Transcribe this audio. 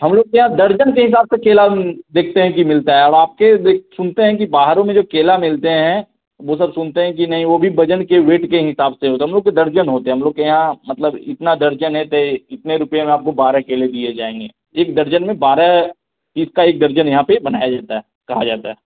हम लोग क्या दर्जन के हिसाब से केला देखते हैं कि मिलता है अब आपके ही बिक सुनते हैं कि बहारों में जो केला मिलते हैं वह सब सुनते है कि नहीं वह भी वज़न के वेट के हिसाब से होता है तो हम लोग के दर्जन होते हैं हम लोग के यहाँ मतलब इतना दर्जन है तो इतने रुपये में आपको बारह केले दिए जाएँगे एक दर्जन में बारह इसका एक दर्जन यहाँ पर बनाया जाता है कहा जाता है